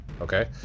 Okay